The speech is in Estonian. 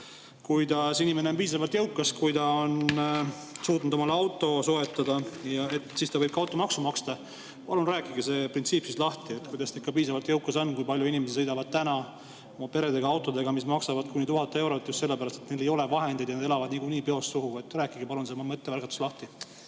lause, et inimene on piisavalt jõukas, kui ta on suutnud omale auto soetada, ja siis ta võib ka automaksu maksta. Palun rääkige see printsiip lahti, kuidas ta ikka siis piisavalt jõukas on, kuigi paljud inimesed sõidavad autodega, mis maksavad kuni 1000 eurot, just sellepärast, et neil ei ole vahendeid, ja nad elavad nagunii peost suhu. Rääkige palun see mõttevälgatus lahti.